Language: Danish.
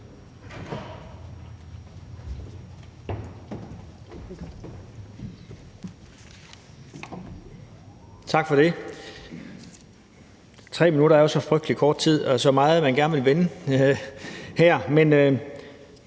Tak for det. Tre minutter er jo så frygtelig kort tid, og der er så meget, man gerne vil vende her.